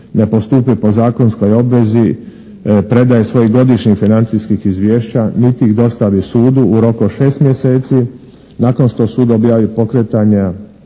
ne postupi po zakonskoj obvezi predaje svojih godišnjih financijskih izvješća, niti ih dostavi sudu u roku od 6 mjeseci nakon što sud objavi pokretanja